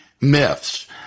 myths